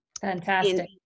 Fantastic